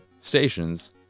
stations